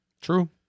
True